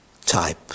type